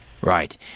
Right